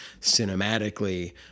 cinematically